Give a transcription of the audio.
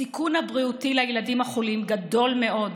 הסיכון הבריאותי לילדים החולים גדול מאוד,